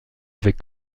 avec